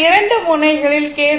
அந்த 2 முனைகளில் கே